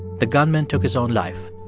the gunman took his own life.